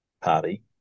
party